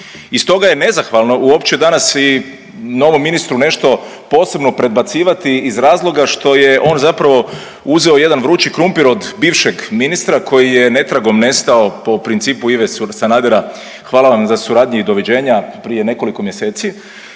I stoga je nezahvalno uopće danas i novom ministru nešto posebno predbacivati iz razloga što je on zapravo uzeo jedan vrući krumpir od bivšeg ministra koji je netragom nestao po principu Ive Sanadera, hvala vam za suradnji i doviđenja prije nekoliko mjeseci